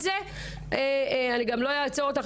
אני גם לא אעצור אותך,